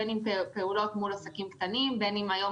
בין אם זה בעסקים קטנים ובין אם זה היום